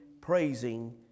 praising